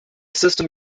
system